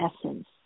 essence